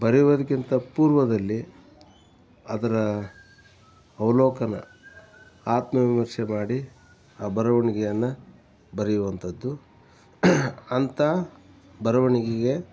ಬರೆಯುವುದ್ಕಿಂತ ಪೂರ್ವದಲ್ಲಿ ಅದರ ಅವಲೋಕನ ಆತ್ಮವಿಮರ್ಶೆ ಮಾಡಿ ಆ ಬರವಣ್ಗೆಯನ್ನ ಬರೆಯುವಂಥದ್ದು ಅಂಥ ಬರವಣ್ಗಿಗೆ